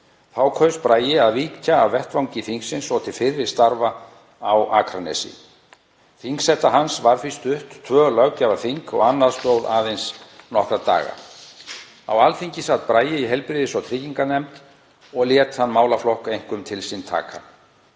Þá kaus Bragi að víkja af vettvangi þingsins og til fyrri starfa á Akranesi. Þingseta hans varð því stutt, tvö löggjafarþing og annað stóð aðeins nokkra daga. Á Alþingi sat Bragi í heilbrigðis- og trygginganefnd og lét þann málaflokk einkum til sín taka.